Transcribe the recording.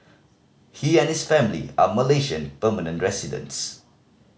he and his family are Malaysian permanent residents